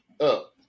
up